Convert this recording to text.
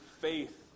faith